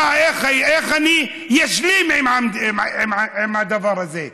איך אני אשלים עם הדבר הזה?